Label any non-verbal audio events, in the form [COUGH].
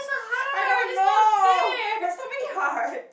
[LAUGHS] I don't know there's so many heart